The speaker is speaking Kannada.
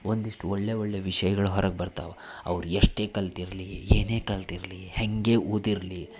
ಒಂದಿಷ್ಟು ಒಳ್ಳೆಯ ಒಳ್ಳೆಯ ವಿಷಯಗಳು ಹೊರಗೆ ಬರ್ತಾವೆ ಅವ್ರು ಎಷ್ಟೇ ಕಲಿತಿರ್ಲಿ ಏನೇ ಕಲಿತಿರ್ಲಿ ಹೇಗೇ ಓದಿರಲಿ